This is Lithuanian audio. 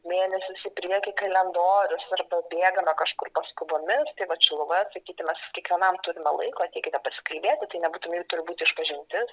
mėnesius į priekį kalendorius ir pabėgame kažkur paskubomis tai vat šiluvoje atsakyti mes kiekvienam turime laiko ateikite pasikalbėti tai nebūtinai turi būti išpažintis